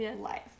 life